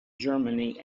germany